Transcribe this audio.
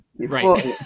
right